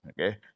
Okay